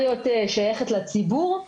שייכת לציבור.